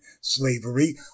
slavery